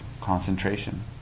concentration